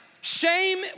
Shame